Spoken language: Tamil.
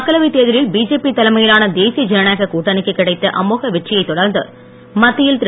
மக்களவைத் தேர்தலில் பிஜேபி தலைமையிலான தேசிய ஜனநாயக கூட்டணிக்கு கிடைத்த அமோக வெற்றியைத் தொடர்ந்து மத்தியில் திரு